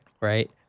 right